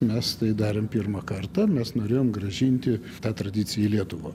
mes tai darėm pirmą kartą mes norėjom grąžinti tą tradiciją į lietuvą